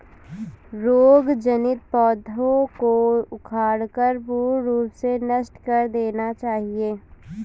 रोग जनित पौधों को उखाड़कर पूर्ण रूप से नष्ट कर देना चाहिये